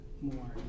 more